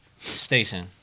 station